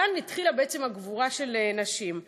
כאן התחילה בעצם הגבורה של נשים.